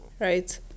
right